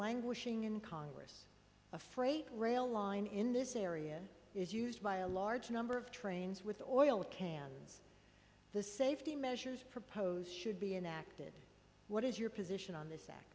languishing in congress a freight rail line in this area is used by a large number of trains with oil cans the safety measures proposed should be enacted what is your position on this a